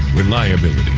reliability,